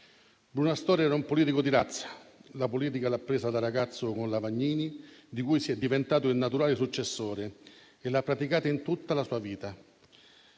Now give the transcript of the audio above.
Bruno Astorre era un politico di razza; la politica l'ha appresa da ragazzo con Lavagnini, di cui è diventato il naturale successore, e l'ha praticata in tutta la sua vita.